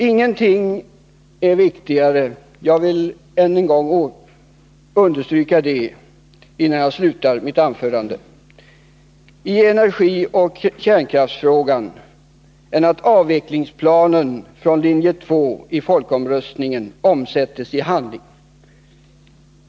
Ingenting är viktigare — jag vill än en gång understryka det innan jag slutar mitt anförande — i energioch kärnkraftsfrågan än att avvecklingsplanen från linje 2 i folkomröstningen omsätts i handling.